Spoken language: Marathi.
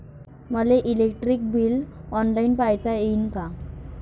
मले इलेक्ट्रिक बिल ऑनलाईन पायता येईन का?